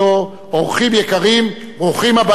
אורחים יקרים, ברוכים הבאים.